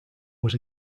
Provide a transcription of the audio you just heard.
was